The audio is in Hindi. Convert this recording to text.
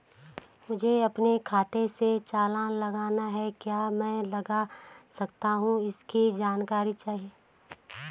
मुझे अपने खाते से चालान लगाना है क्या मैं लगा सकता हूँ इसकी जानकारी चाहिए?